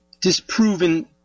disproven